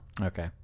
Okay